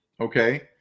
Okay